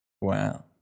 Wow